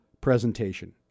presentation